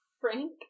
Frank